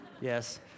Yes